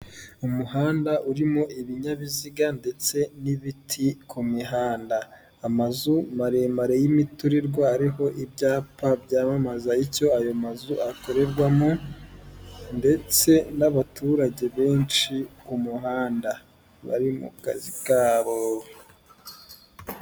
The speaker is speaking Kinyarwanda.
Umuhanda urimo ibinyabiziga ndetse n'ibiti ku mihanda. Amazu maremare y'imiturirwa ariho ibyapa byamamaza icyo ayo mazu akorerwamo, ndetse n'abaturage benshi ku muhanda, bari mu kazi kabo.